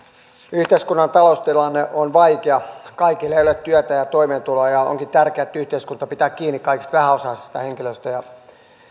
yhteiskunnan taloustilanne on vaikea kaikille ei löydy työtä ja toimeentuloa ja onkin tärkeää että yhteiskunta pitää kiinni kaikista vähäosaisista henkilöistä